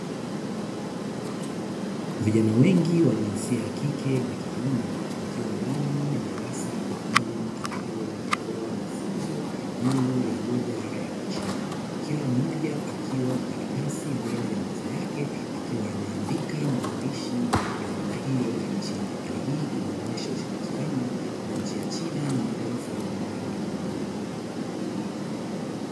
Vijana wengi wa jinsia ya kike na kiume wakiwa ndani ya darasa maalumu ambalo linatoa mafunzo juu ya lugha ya kichina, kila mmoja akiwa na karatasi mbele ya meza yake akiwa anaandika maandishi ya lugha hiyo ya kichina, hali hiyo inaonyesha ushirikiano wa nchi ya china na mataifa mbalimbali ulimwenguni.